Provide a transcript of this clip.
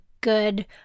good